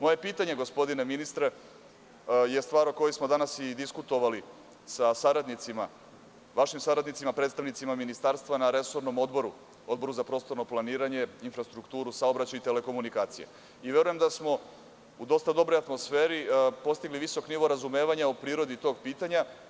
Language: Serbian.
Moje pitanje gospodine ministre je stvar o kojoj smo danas i diskutovali sa saradnicima, vašim saradnicima predstavnicima ministarstva na resornom odboru, Odboru za prostorno planiranje, infrastrukturu, saobraćaj i telekomunikacije, i verujem da smo u dosta dobroj atmosferi postigli visok nivo razumevanja u prirodi tog pitanja.